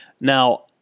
Now